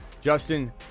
Justin